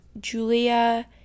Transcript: julia